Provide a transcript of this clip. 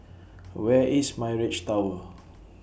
Where IS Mirage Tower